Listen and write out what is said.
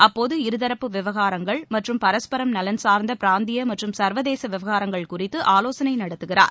அப்போது இருதரப்பு விவகாரங்கள் மற்றும் பரஸ்பரம் நலன் சார்ந்த பிராந்திய மற்றும் சர்வதேச விவகாரங்கள் குறித்து ஆலோசனை நடத்துகிறார்